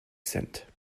cent